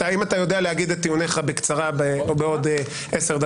אם אתה יודע להגיד את טיעוניך בקצרה ב-10 דקות,